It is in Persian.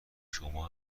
شما